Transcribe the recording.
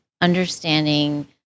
understanding